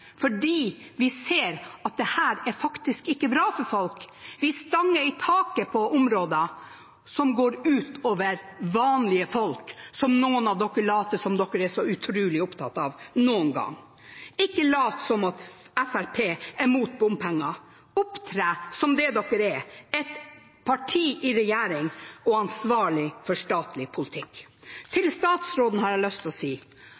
fordi vi ser at dette faktisk ikke er bra for folk. Vi stanger i taket på områder som går ut over vanlige folk, som noen later som de er så utrolig opptatt av – noen ganger. Ikke lat som at Fremskrittspartiet er mot bompenger. Opptre som det man er – et parti i regjering og ansvarlig for statlig politikk. Til statsråden har jeg lyst til å si: